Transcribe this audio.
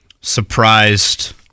surprised